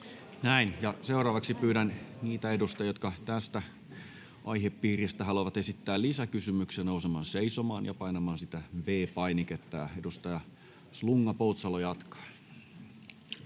Näin. — Ja seuraavaksi pyydän niitä edustajia, jotka tästä aihepiiristä haluavat esittää lisäkysymyksen, nousemaan seisomaan ja painamaan sitä V-painiketta. — Ja edustaja Slunga-Poutsalo jatkaa.